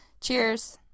Cheers